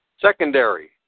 secondary